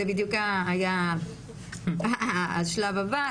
זה בדיוק היה השלב הבא.